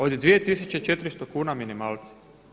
Od 2.400 kuna minimalca.